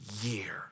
year